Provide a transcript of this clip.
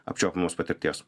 apčiuopiamos patirties